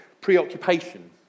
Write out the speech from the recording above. preoccupation